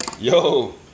Yo